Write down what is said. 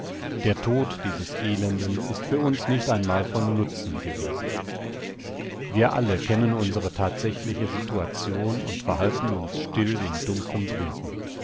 der tod dieses elenden ist für uns nicht einmal von nutzen gewesen wir alle kennen unsere thatsächliche situation und verhalten uns still in dumpfem brüten